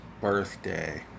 Birthday